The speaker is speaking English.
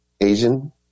asian